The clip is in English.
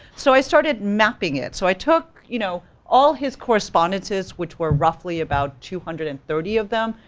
so i started mapping it. so i took, you know, all his correspondences, which were roughly about two hundred and thirty of them,